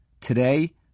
Today